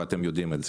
ואתם יודעים את זה.